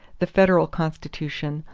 the federal constitution,